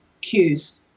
cues